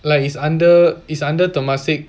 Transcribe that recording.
like it's under is under temasek